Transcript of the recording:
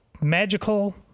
magical